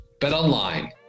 BetOnline